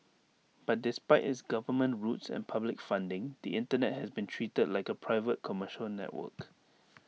but despite its government roots and public funding the Internet has been treated like A private commercial network